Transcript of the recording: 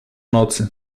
nocy